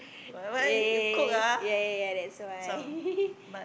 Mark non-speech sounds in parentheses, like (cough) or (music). ya ya ya ya ya ya ya that's why (laughs)